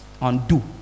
undo